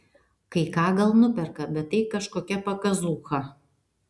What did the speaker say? kai ką gal nuperka bet tai kažkokia pakazūcha